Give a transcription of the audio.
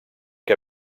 que